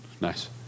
nice